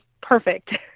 perfect